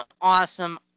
awesome